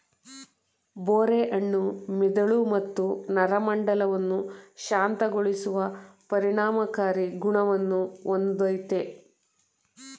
ಬೋರೆ ಹಣ್ಣು ಮೆದುಳು ಮತ್ತು ನರಮಂಡಲವನ್ನು ಶಾಂತಗೊಳಿಸುವ ಪರಿಣಾಮಕಾರಿ ಗುಣವನ್ನು ಹೊಂದಯ್ತೆ